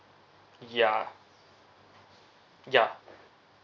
ya ya